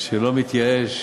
שלא מתייאש,